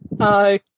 Hi